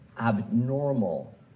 abnormal